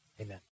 Amen